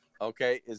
Okay